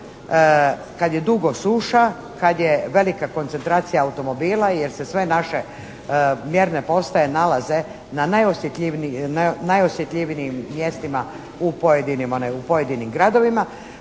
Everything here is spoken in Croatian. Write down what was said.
kad je dugo suša, kad je velika koncentracija automobila jer se sve naše mjerne postaje nalaze na najosjetljivijim mjestima u pojedinim gradovima.